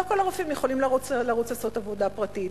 לא כל הרופאים יכולים לרוץ לעשות עבודה פרטית.